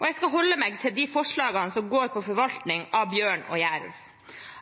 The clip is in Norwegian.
og jeg skal holde meg til de forslagene som går på forvaltning av bjørn og jerv.